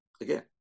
again